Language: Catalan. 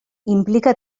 implica